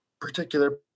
particular